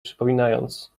przypominając